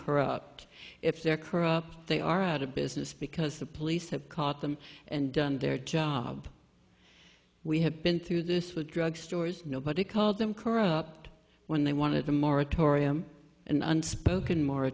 corrupt if they're corrupt they are out of business because the police have caught them and done their job we have been through this with drug stores nobody called them corrupt when they wanted a moratorium an unspoken mor